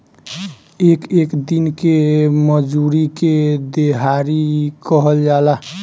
एक एक दिन के मजूरी के देहाड़ी कहल जाला